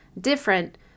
different